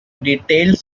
detailed